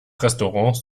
restaurants